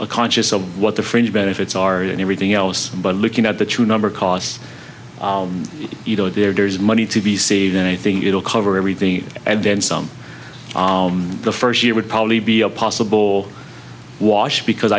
conscious of what the fringe benefits are and everything else but looking at the true number costs you know there is money to be saved and i think it'll cover everything and then some the first year would probably be a possible wash because